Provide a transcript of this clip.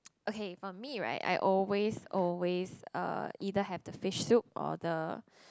okay for me right I always always uh either have the fish soup or the